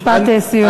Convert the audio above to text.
משפט סיום.